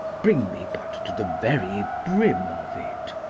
bring me but to the very brim of it,